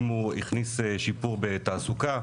אם הוא הכניס שיפור בתעסוקה,